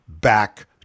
back